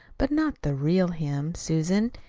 but not the real him, susan.